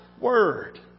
word